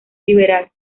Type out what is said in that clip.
liberal